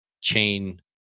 chain